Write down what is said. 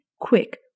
Quick